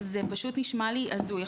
זה נשמע לי הזוי.